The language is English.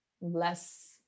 less